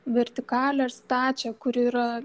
vertikalią ir stačią kuri yra